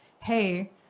Hey